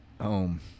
home